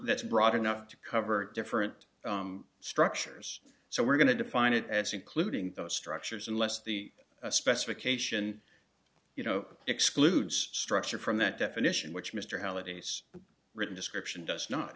that's broad enough to cover different structures so we're going to define it as including those structures unless the specification you know excludes structure from that definition which mr halliday's written description does not